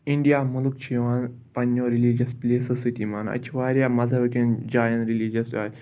India مٕلک چھِ یِوان پنٛنیو ریٚلِجَس پٕلیسو سۭتۍ یِوان اَتہِ چھِ واریاہ مذہبکٮ۪ن جایَن رِلِجَس اَتہِ